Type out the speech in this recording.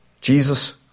Jesus